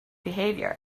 behavior